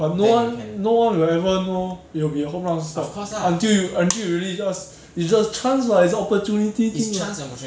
but no one no one will ever know it will be a home run stock until you until you really just it's just chance lah it's opportunity thing [what]